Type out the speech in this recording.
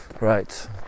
Right